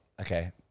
okay